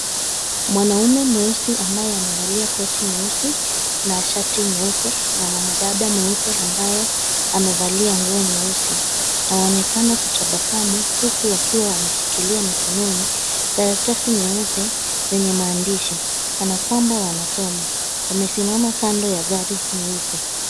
Mwanaume mweusi ambaye amevalia koti nyeusi na shati nyeupe na mwanadada mweupe ambaye amevalia nguo nyeusi na wanaonekana kutabasamu huku wakiwa wameshikilia mkononi karatasi nyeupe yenye maandishi kana kwamba wanasoma. Wamesimama kando ya gari nyeupe.